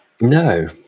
No